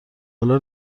حالا